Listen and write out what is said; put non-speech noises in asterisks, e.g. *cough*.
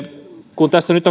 kun tässä nyt *unintelligible*